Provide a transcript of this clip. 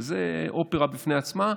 וזאת אופרה בפני עצמה,